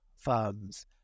Firms